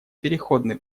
переходный